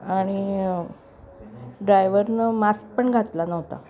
आणि ड्रायवरनं मास्क पण घातला नव्हता